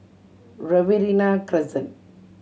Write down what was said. Riverina Crescent